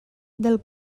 del